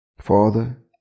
Father